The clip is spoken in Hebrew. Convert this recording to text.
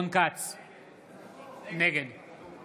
נגד